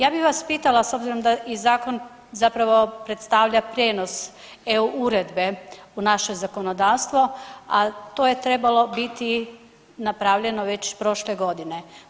Ja bi vas pitala s obzirom da i zakon zapravo predstavlja prijenos EU uredbe u naše zakonodavstvo, a to je trebalo biti napravljeno već prošle godine.